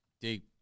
Deep